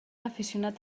aficionat